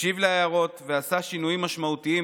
הקשיב להערות וערך שינויים משמעותיים